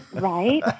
Right